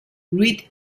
reed